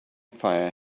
fire